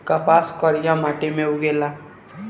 कपास करिया माटी मे उगेला